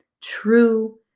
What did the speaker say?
true